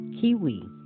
kiwi